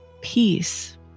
peace